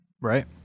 Right